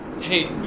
Hey